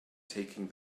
taking